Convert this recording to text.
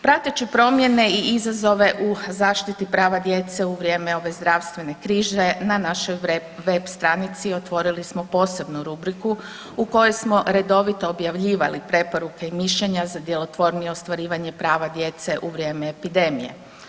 Prateći promjene i izazove u zaštiti prava djece u vrijeme ove zdravstvene krize na našoj web stranici otvorili smo posebnu rubriku u kojoj smo redovito objavljivali preporuke i mišljenja za djelotvornije ostvarivanje prava djece u vrijeme epidemije.